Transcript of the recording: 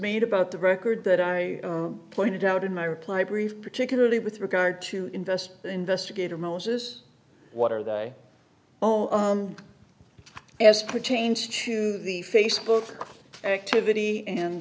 made about the record that i pointed out in my reply brief particularly with regard to invest the investigator moses what are they oh as pertains to the facebook activity and